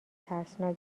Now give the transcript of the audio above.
ترسناک